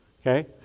okay